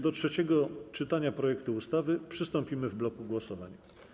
Do trzeciego czytania projektu ustawy przystąpimy w bloku głosowań.